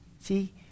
See